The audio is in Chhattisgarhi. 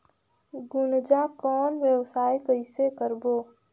गुनजा कौन व्यवसाय कइसे करबो?